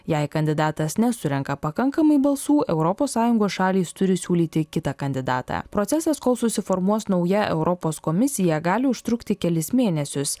jei kandidatas nesurenka pakankamai balsų europos sąjungos šalys turi siūlyti kitą kandidatą procesas kol susiformuos nauja europos komisija gali užtrukti kelis mėnesius